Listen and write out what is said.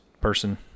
person